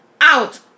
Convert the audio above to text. out